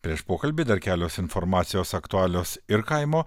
prieš pokalbį dar kelios informacijos aktualios ir kaimo